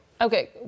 Okay